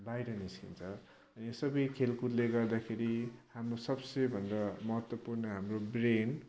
बाहिर निस्किन्छ यो सबै खेलकुदले गर्दाखेरि हाम्रो सबसे भन्दा महत्त्वपूर्ण हाम्रो ब्रेन